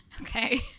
okay